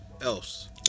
else